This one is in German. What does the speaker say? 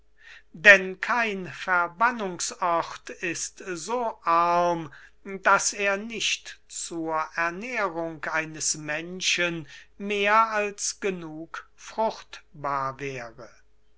denn kein verbannungsort ist so arm daß er nicht zur ernährung eines menschen mehr als genug fruchtbar wäre